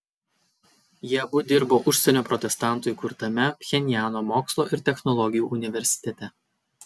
jie abu dirbo užsienio protestantų įkurtame pchenjano mokslo ir technologijų universitete